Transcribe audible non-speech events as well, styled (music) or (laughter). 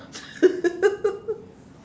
(laughs)